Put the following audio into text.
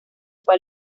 fue